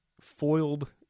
foiled